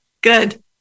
Good